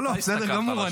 לא, לא, בסדר גמור.